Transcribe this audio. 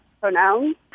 pronouns